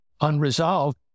unresolved